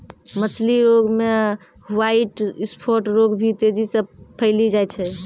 मछली रोग मे ह्वाइट स्फोट रोग भी तेजी से फैली जाय छै